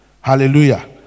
hallelujah